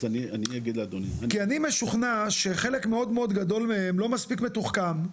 כי אני משוכנע שחלק מאוד גדול מהם לא כזה מתוחכם.